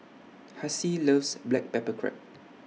Hassie loves Black Pepper Crab